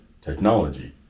Technology